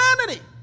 humanity